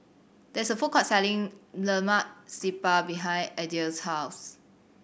there is a food court selling Lemak Siput behind Adell's house